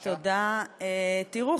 תראו,